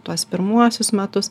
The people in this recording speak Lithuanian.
tuos pirmuosius metus